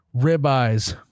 ribeyes